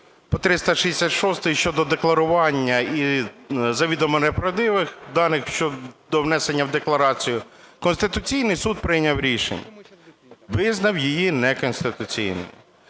по 366-й щодо декларування і завідомо неправдивих даних щодо внесення в декларацію Конституційний Суд прийняв рішення: визнав її неконституційною.